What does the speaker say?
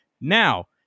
Now